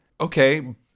Okay